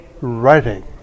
writing